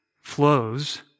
flows